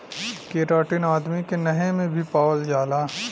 keratin आदमी के नहे में भी पावल जाला